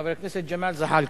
חבר הכנסת ג'מאל זחאלקה,